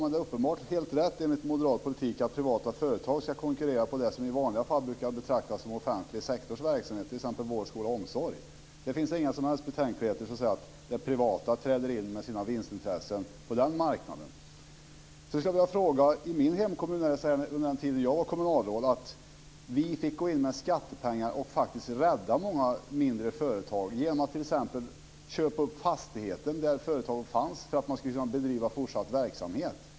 Men det är uppenbart helt rätt enligt moderat politik att privata företag ska konkurrera inom det som i vanliga fall brukar betraktas som den offentliga sektorns verksamhet, t.ex. vård, skola och omsorg. Det finns inga som helst betänkligheter att det privata träder in med sina vinstintressen på den marknaden. I min hemkommun fick vi under den tid jag var kommunalråd gå in med skattepengar och rädda många mindre företag genom att t.ex. köpa upp fastigheten där företaget fanns för att det skulle kunna bedriva fortsatt verksamhet.